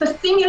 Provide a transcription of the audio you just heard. או פוטנציאל